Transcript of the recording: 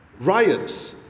riots